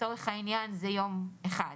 לצורך העניין זה יום אחד.